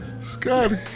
Scotty